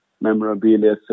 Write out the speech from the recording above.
memorabilia